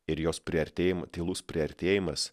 ir jos priartėjim tylus priartėjimas